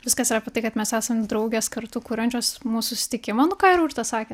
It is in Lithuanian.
viskas yra apie tai kad mes esam draugės kartu kuriančios mūsų sustikimą nu ką ir urtė sakė